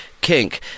kink